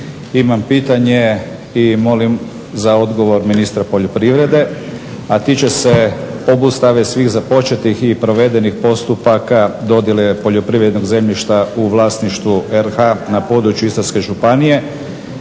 Imam pitanje i molim odgovor ministra poljoprivrede, a tiče se obustave svih započetih i provedenih postupaka dodjele poljoprivrednog zemljišta u vlasništvu RH na području Istarske županije